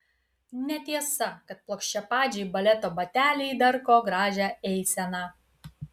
netiesa kad plokščiapadžiai baleto bateliai darko gražią eiseną